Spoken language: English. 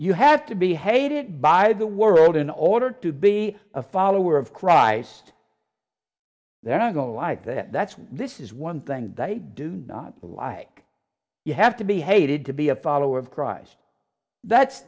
you had to be hated by the world in order to be a follower of christ they don't go like that that's why this is one thing they do not like you have to be hated to be a follower of christ that